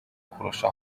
kurusha